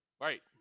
Right